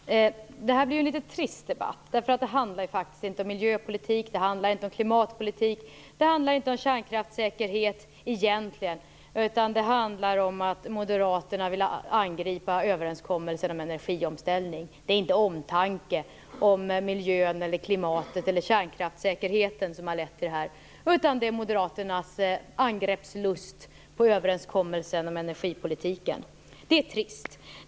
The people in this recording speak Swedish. Herr talman! Det här blir en litet trist debatt. Det handlar ju faktiskt inte om miljöpolitik, om klimatpolitik och inte om kärnkraftssäkerhet egentligen utan det handlar om att Moderaterna vill angripa överenskommelsen om en energiomställning. Det är inte omtanken om miljön, klimatet eller kärnkraftssäkerheten som har lett till detta utan det är Moderaternas angreppslust när det gäller överenskommelsen om energipolitiken. Det är trist.